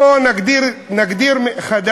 בואו נגדיר מחדש